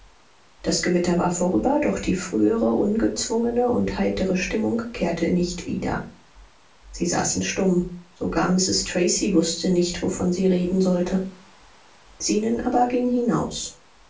das gewitter war vorüber doch die frühere ungezwungene und heitere stimmung kehrte nicht wieder sie saßen stumm sogar mrs tracy wußte nicht wovon sie reden sollte zenon aber ging hinaus